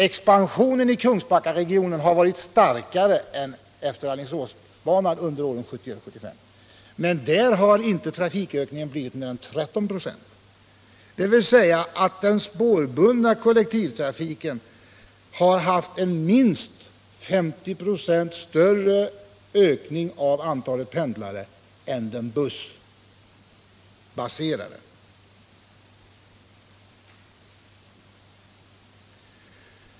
Expansionen av Kungsbackaregionen har varit starkare än utefter Alingsåsbanan efter 1975, men på denna har trafikökningen inte blivit större än 13 96. Den spårbundna kollektivtrafiken har alltså haft en minst 50 96 större ökning av antalet pendlare än den bussbaserade.